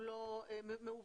הוא לא מאובטח,